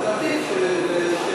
אז עדיף ששב"ן,